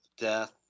death